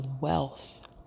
wealth